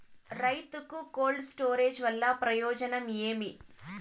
రైతుకు cold storage వల్ల ప్రయోజనం ఏమి?